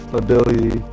ability